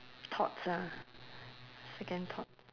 thoughts ah second thoughts